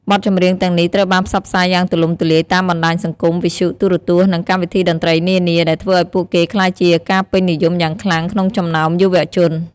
បទចម្រៀងទាំងនេះត្រូវបានផ្សព្វផ្សាយយ៉ាងទូលំទូលាយតាមបណ្តាញសង្គម វិទ្យុ ទូរទស្សន៍ និងកម្មវិធីតន្ត្រីនានា ដែលធ្វើឱ្យពួកគេក្លាយជាការពេញនិយមយ៉ាងខ្លាំងក្នុងចំណោមយុវជន។